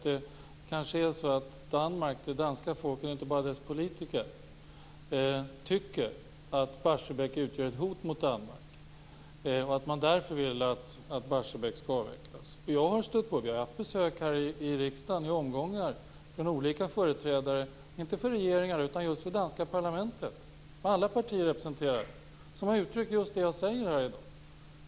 Det kanske är så att det danska folket och inte bara dess politiker tycker att Barsebäck utgör ett hot mot Danmark och att man därför vill att Barsebäck skall avvecklas. Vi har här i riksdagen i omgångar haft besök från olika företrädare, inte för regeringar utan för det danska parlamentet, där alla partier är representerade. De har uttryckt just det jag säger här i dag.